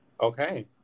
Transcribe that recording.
Okay